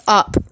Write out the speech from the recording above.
up